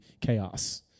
chaos